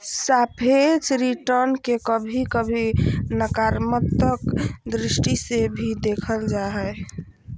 सापेक्ष रिटर्न के कभी कभी नकारात्मक दृष्टि से भी देखल जा हय